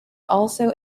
also